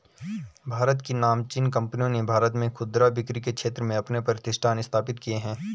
भारत की नामचीन कंपनियों ने भारत में खुदरा बिक्री के क्षेत्र में अपने प्रतिष्ठान स्थापित किए हैं